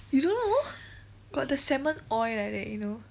you don't know got the salmon oil like that you know